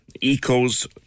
Eco's